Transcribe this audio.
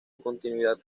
continuidad